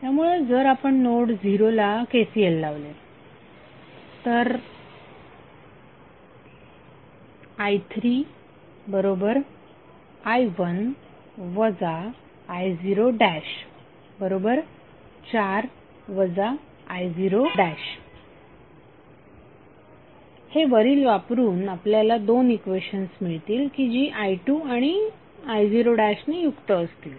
त्यामुळे जर आपण नोड 0 ला KCL लावले तर i3i1 i04 i0 हे वरील वापरून आपल्याला 2 इक्वेशन्स मिळतील की जी i2 आणि i0 ने युक्त असतील